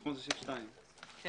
יהיה